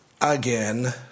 Again